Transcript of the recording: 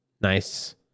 nice